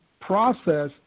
process